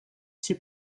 she